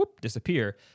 disappear